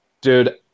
dude